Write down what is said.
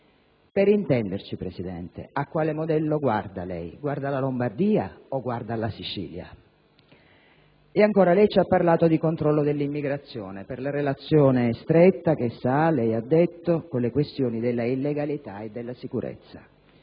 Per intenderci, Presidente, a quale modello guarda lei? Guarda alla Lombardia o guarda alla Sicilia? E ancora. Lei ci ha parlato di controllo dell'immigrazione per la relazione stretta che essa ha - lei ha detto - con le questioni della illegalità e della sicurezza.